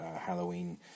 Halloween